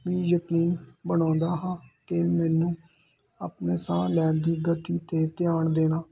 ਵੀ ਯਕੀਨ ਬਣਾਉਂਦਾ ਹਾਂ ਕਿ ਮੈਨੂੰ ਆਪਣੇ ਸਾਹ ਲੈਣ ਦੀ ਗਤੀ 'ਤੇ ਧਿਆਨ ਦੇਣਾ